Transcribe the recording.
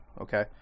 Okay